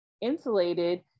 insulated